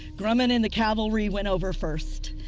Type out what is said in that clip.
grummond and the cavalry went over first.